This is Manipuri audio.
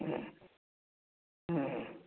ꯎꯝ ꯎꯝ